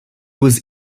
was